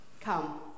Come